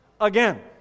again